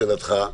לשאלתך,